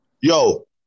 Yo